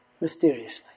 mysteriously